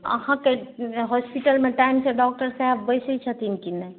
अहाँके हॉसपिटलमे टाइमसे डॉक्टर साहेब बैसै छथिन कि नहि